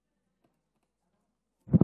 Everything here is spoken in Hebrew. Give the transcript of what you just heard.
בבקשה, אדוני, עד שלוש דקות.